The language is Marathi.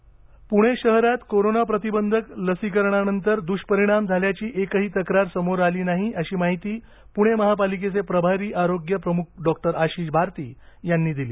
लसीकरण दष्परिणाम पुणे शहरात कोरोना प्रतिबंधक लसीकरणानंतर दुष्परिणाम झाल्याची एकही तक्रार समोर आली नाही अशी माहिती पुणे महापालिकेचे प्रभारी आरोग्य प्रमुख डॉक्टर आशिष भारती यांनी दिली